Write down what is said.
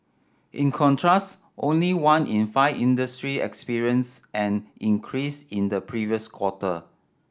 in contrast only one in five industry experienced an increase in the previous quarter